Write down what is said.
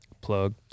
plug